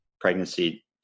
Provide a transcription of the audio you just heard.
Pregnancy